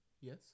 Yes